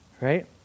right